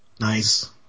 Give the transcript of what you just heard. Nice